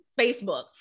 Facebook